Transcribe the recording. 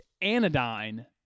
anodyne